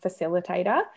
facilitator